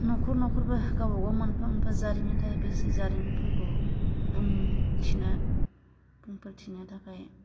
नख'र नख'रबो गावबा गाव मोनफा मोनफा जारिमिन थायो बे जि जारिमिनफोरखौ बुंथिना बुंफोरथिनो थाखाय